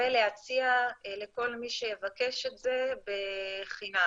ולהציע לכל מי שיבקש את זה בחינם.